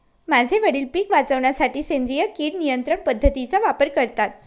माझे वडील पिक वाचवण्यासाठी सेंद्रिय किड नियंत्रण पद्धतीचा वापर करतात